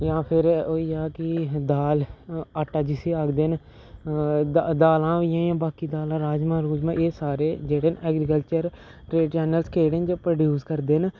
जां फेर होई गेआ कि दाल आटा जिसी आखदे न दालां होई गेइयां बाकी दालां राजमा रुज्मा होई गे एह सारे जेह्ड़े न ऐग्रीकल्चर ट्रेड चैनल केह्ड़े न जो प्रोड्यूस करदे न